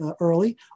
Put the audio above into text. early